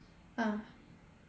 uh